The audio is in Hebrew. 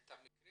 את המקרה